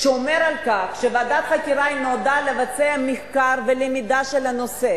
חברת הכנסת זוארץ.